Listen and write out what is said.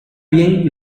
bien